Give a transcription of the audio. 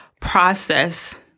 process